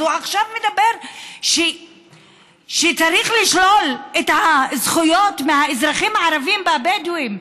אז הוא עכשיו אומר שצריך לשלול את הזכויות מהאזרחים הערבים והבדואים,